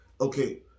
okay